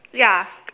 ya